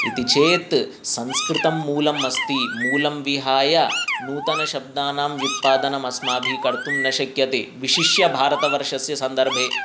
इति चेत् संस्कृतं मूलमस्ति मूलं विहाय नूतनशब्दानां व्युत्पादनं अस्माभिः कर्तुं न शक्यते विशिष्य भारतवर्षस्य सन्दर्भे